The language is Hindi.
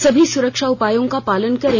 सभी सुरक्षा उपायों का पालन करें